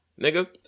nigga